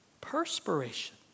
perspiration